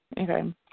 Okay